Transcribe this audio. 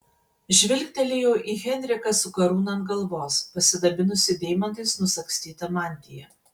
žvilgtelėjau į henriką su karūna ant galvos pasidabinusį deimantais nusagstyta mantija